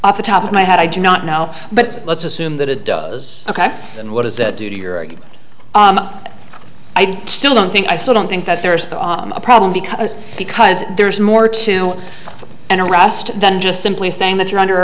off the top of my head i do not know but let's assume that it does ok and what does that do to your argument i still don't think i still don't think that there is a problem because because there's more to an arrest than just simply saying that you're under